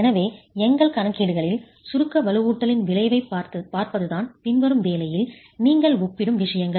எனவே எங்கள் கணக்கீடுகளில் சுருக்க வலுவூட்டலின் விளைவைப் பார்ப்பதுதான் பின்வரும் வேலையில் நீங்கள் ஒப்பிடும் விஷயங்கள்